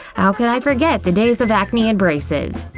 how could i forget the days of acne and braces.